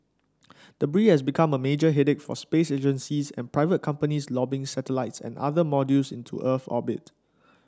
debris has become a major headache for space agencies and private companies lobbing satellites and other modules into Earth orbit